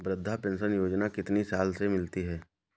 वृद्धा पेंशन योजना कितनी साल से मिलती है?